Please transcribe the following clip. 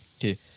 Okay